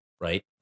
right